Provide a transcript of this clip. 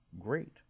great